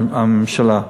הממשלה.